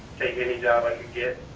take any job i could get.